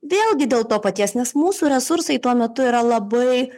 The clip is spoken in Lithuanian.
vėlgi dėl to paties nes mūsų resursai tuo metu yra labai